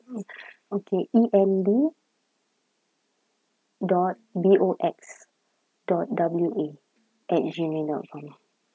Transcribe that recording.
okay E N D dot B O X dot W A at G mail dot com